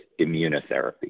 immunotherapy